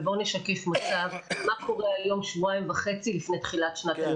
ובואו נשקף קצת מה קורה היום- שבועיים וחצי לפני שנת הלימודים.